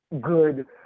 good